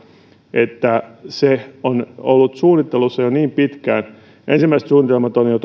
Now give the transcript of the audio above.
että se on ollut suunnittelussa jo niin pitkään ensimmäiset suunnitelmat ovat jo